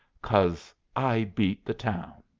cause i beat the town.